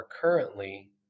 currently